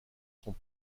sont